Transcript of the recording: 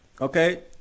Okay